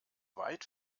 weit